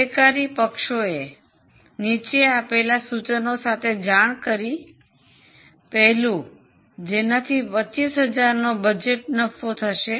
કાર્યકારી પક્ષેએ નીચે આપેલા સૂચનો સાથે જાણ કરી પહેલું જેનાથી 25000 નો બજેટ નફો થશે